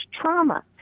trauma